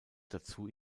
dazu